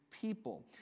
people